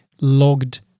logged